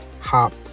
hop